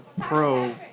pro